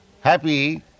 happy